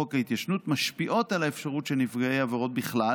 חוק ההתיישנות משפיעות על האפשרות של נפגעי עבירה בכלל